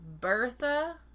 Bertha